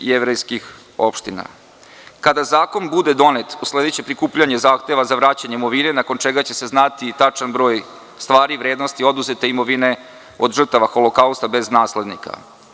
Kada zakon bude donet, sledeće prikupljanje zahteva za vraćanje imovine, nakon čega će se znati i tačan broj stvari, vrednosti oduzete imovine od žrtava Holokausta bez naslednika.